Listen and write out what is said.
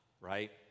right